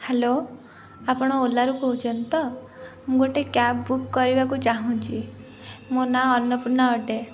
hello ଆପଣ ଓଲାରୁ କହୁଛନ୍ତି ତ ମୁଁ ଗୋଟେ କ୍ୟାବ ବୁକ୍ କରିବାକୁ ଚାହୁଁଛି ମୋ ନାଁ ଅର୍ଣ୍ଣପୂର୍ଣ୍ଣା ଅଟେ